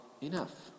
enough